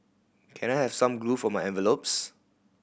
can I have some glue for my envelopes